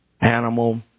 animal